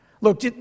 Look